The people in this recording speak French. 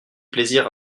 plaisir